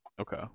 Okay